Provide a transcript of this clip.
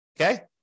okay